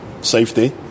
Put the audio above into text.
safety